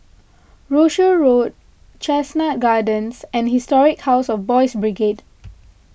Rochor Road Chestnut Gardens and Historic House of Boys' Brigade